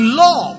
law